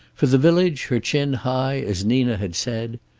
for the village, her chin high as nina had said.